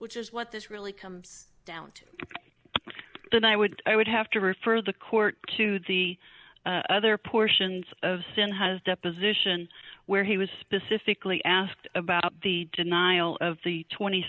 which is what this really comes down to than i would i would have to refer the court to the other portions of sin has deposition where he was specifically asked about the denial of the twenty